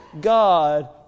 God